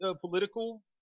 political